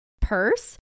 purse